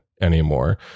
anymore